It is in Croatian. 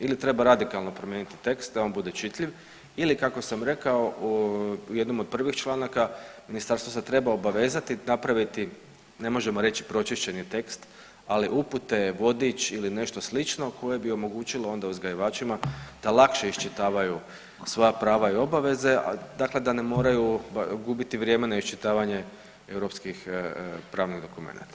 Ili treba radikalno promijeniti tekst da on bude čitljiv ili kako sam rekao u jednom od prvih članaka ministarstvo se treba obavezati napraviti ne možemo reći pročišćeni tekst, ali upute, vodič ili nešto slično koje bi omogućilo ona uzgajivačima da lakše iščitavaju svoja prava i obaveze dakle da ne moraju gubiti vrijeme na iščitavanje europskih pravnih dokumenata.